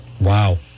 Wow